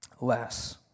less